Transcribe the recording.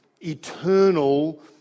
eternal